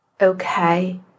okay